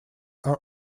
are